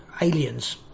aliens